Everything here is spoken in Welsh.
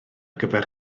gyfer